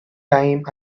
time